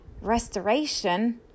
restoration